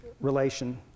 relation